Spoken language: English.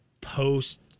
post